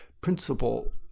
principle